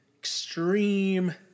extreme